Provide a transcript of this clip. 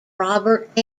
robert